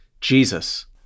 Jesus